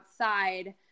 outside